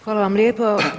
Hvala vam lijepa.